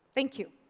thank you.